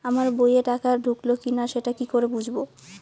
আমার বইয়ে টাকা ঢুকলো কি না সেটা কি করে বুঝবো?